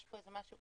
יש בזה משהו,